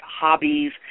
hobbies